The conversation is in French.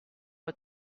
pas